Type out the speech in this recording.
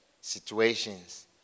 situations